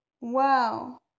Wow